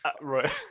Right